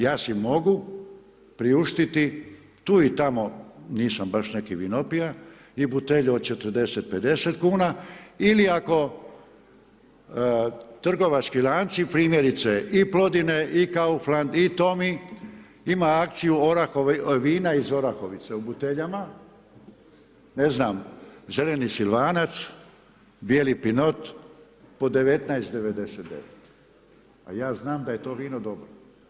Ja si mogu priuštiti tu i tamo, nisam baš neki vinopija i butelje od 40, 50 kn ili ako trgovački lanci primjerice i Plodine i Kaufland i Tommy ima akciju vina iz Orahovice u buteljama, ne znam, zeleni silvanac, bijeli pinot po 19,99, a ja znam da je to vino dobro.